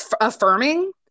affirming